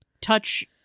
touch